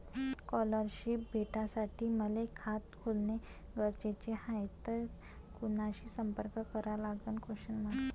Scholarship भेटासाठी मले खात खोलने गरजेचे हाय तर कुणाशी संपर्क करा लागन?